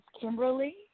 Kimberly